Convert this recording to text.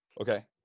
Okay